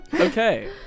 Okay